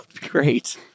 great